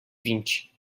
vinte